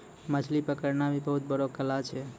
मछली पकड़ना भी बहुत बड़ो कला छै